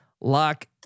lock